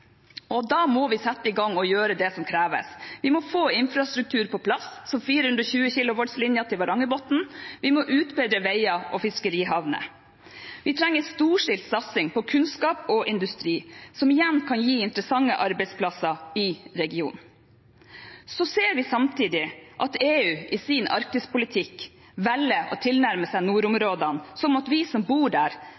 og da må vi sette i gang med å gjøre det som kreves. Vi må få infrastruktur på plass, som 420 kV-linjen til Varangerbotn, og vi må utbedre veier og fiskerihavner. Vi trenger en storstilt satsing på kunnskap og industri, som igjen kan gi interessante arbeidsplasser i regionen. Samtidig ser vi at EU i sin arktispolitikk velger å tilnærme seg